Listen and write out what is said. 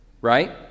right